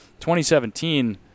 2017